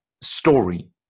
story